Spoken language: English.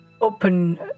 open